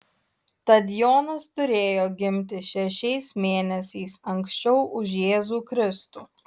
tad jonas turėjo gimti šešiais mėnesiais anksčiau už jėzų kristų